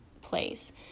place